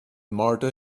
martha